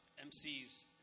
MC's